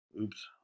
oops